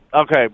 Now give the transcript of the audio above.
Okay